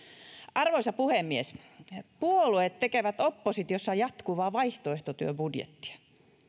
arvoisa puhemies puolueet tekevät oppositiossa jatkuvaa vaihtoehtobudjettia